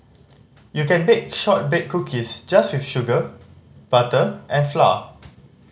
you can bake shortbread cookies just with sugar butter and flour